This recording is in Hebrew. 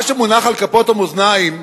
מה שמונח על כפות המאזניים,